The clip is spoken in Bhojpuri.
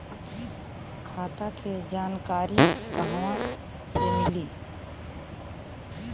खाता के जानकारी कहवा से मिली?